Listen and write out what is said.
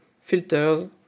filters